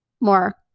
more